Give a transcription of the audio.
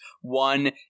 one